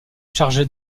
chargé